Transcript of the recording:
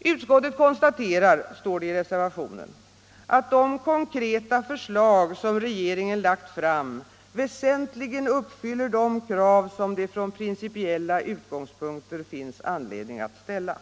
Utskottet konstaterar — står det i reservationen — ”att de konkreta förslag som regeringen lagt fram väsentligen uppfyller de krav som det från principiella utgångspunkter finns anledning att ställa”.